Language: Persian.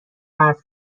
حرفی